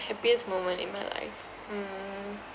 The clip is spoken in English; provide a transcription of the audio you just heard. happiest moment in my life hmm